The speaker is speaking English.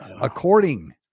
According